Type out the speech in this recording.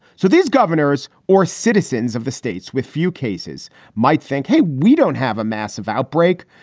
so these governors or citizens of the states with few cases might think, hey, we don't have a massive outbreak.